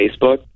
Facebook